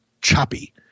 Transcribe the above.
choppy